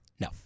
No